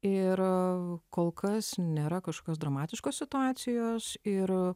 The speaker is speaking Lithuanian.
ir kol kas nėra kažkios dramatiškos situacijos ir